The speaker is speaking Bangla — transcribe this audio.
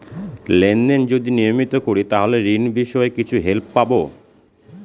লেন দেন যদি নিয়মিত করি তাহলে ঋণ বিষয়ে কিছু হেল্প পাবো?